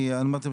אני אמרתי לכם,